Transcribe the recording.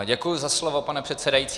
Děkuji za slovo, pane předsedající.